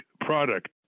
product